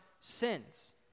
sins